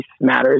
matters